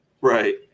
Right